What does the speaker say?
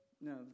No